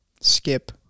Skip